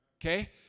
okay